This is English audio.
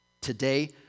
Today